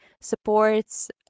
supports